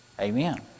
Amen